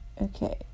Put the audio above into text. Okay